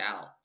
out